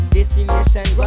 Destination